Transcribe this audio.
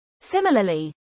Similarly